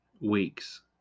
weeks